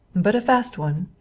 but a fast one!